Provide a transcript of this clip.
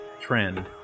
trend